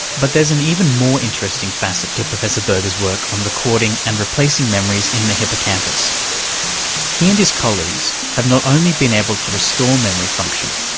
but there's an even more interesting facet to professor berger's work on recording and replacing memories in the hippocampus he and his colleagues have not only been able to restore memory function,